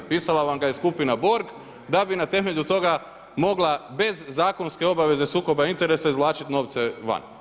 Pisala vam ga je skupina Borg da bi na temelju toga mogla bez zakonske obaveze sukoba interesa izvlačiti novce van.